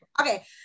Okay